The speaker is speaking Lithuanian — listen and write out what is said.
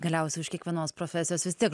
galiausiai už kiekvienos profesijos vis tiek